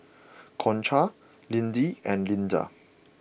Concha Liddie and Linda